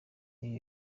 ibi